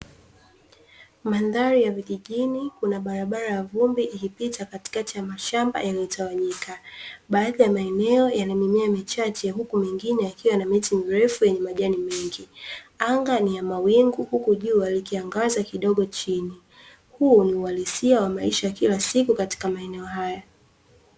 Mandhari ya vijijini kuna barabara ya vumbi ikipita katikati ya mashamba yaliyotawanyika. Baadhi ya maeneo yana mimea michache huku mingine ikiwa na miti mirefu yenye majani mengi. Anga niya mawingu huku jua likiangaza kidogo chini. Huu ni uhalisia wa maisha ya kila siku katika maeneo haya.